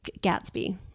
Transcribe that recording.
Gatsby